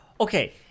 okay